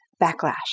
backlash